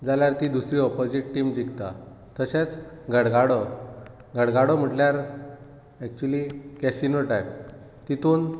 जाल्यार ती दुसरी ऑपोजीट टीम जिॆखता तशेंच गडगाडो गडगाडो म्हटल्यार एक्चुली कॅसिनो टायप तितून